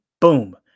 Boom